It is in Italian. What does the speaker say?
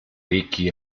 ricchi